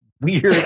weird